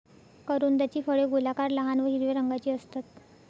करोंदाची फळे गोलाकार, लहान व हिरव्या रंगाची असतात